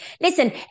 Listen